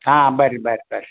ಹಾಂ ಬರ್ರಿ ಬರ್ರಿ ಬರ್ರಿ